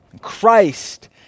Christ